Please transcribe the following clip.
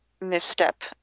misstep